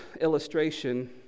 illustration